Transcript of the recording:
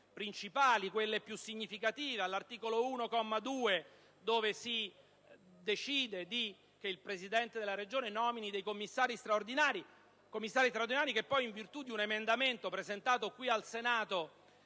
principali, quelle più significative: all'articolo 1, comma 2, si prevede che il presidente della Regione possa nominare dei commissari straordinari, i quali, in virtù di un emendamento presentato al Senato